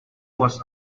was